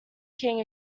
king